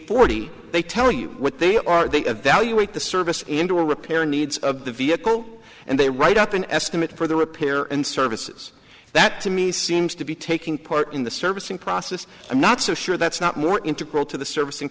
forty they tell you what they are they evaluate the service into a repair needs of the vehicle and they write up an estimate for the repair and services that to me seems to be taking part in the servicing process i'm not so sure that's not more integral to the servicing